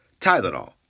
Tylenol